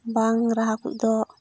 ᱵᱟᱝ ᱨᱟᱦᱟ ᱠᱚ ᱫᱚ